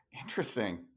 Interesting